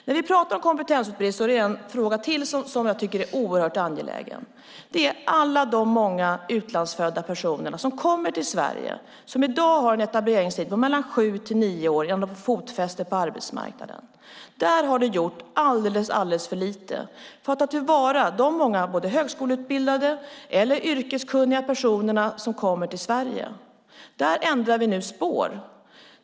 När vi pratar om kompetensbrist är det en fråga till som är oerhört angelägen, och det rör de många utlandsfödda personer som kommer till Sverige och som i dag har en etableringstid på mellan sju och nio år innan de får fotfäste på arbetsmarknaden. Det har gjorts alldeles för lite för att ta till vara de många högskoleutbildade eller yrkeskunniga personer som kommer till Sverige, och där byter vi nu spår.